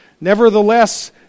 Nevertheless